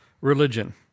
religion